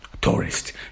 tourist